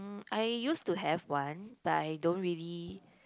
mm I used to have one but I don't really